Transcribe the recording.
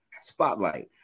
spotlight